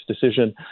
decision